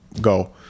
go